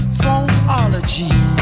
phonology